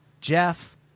Jeff